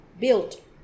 built